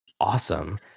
awesome